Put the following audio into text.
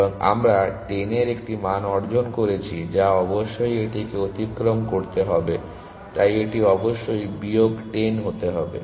এবং আমরা 10 এর একটি মান অর্জন করেছি যা অবশ্যই এটিকে অতিক্রম করতে হবে তাই এটি অবশ্যই বিয়োগ 10 হতে হবে